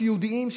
סיעודיים,